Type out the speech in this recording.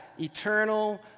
eternal